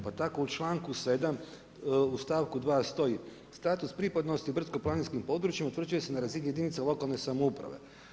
Pa tako u članku 7. u stavku 2. stoji status pripadnosti brdsko-planinskim područjima utvrđuje se na razini jedinica lokalne samouprave.